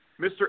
Mr